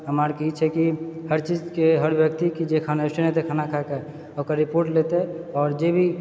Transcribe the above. हमरा आरके ई छै कि हर चीजके हर व्यक्तिके जे स्टेण्डर्ड हेतै खाना खाएके ओकरा रिपोर्ट लेतै आओर जेभी